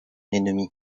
ennemi